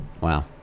Wow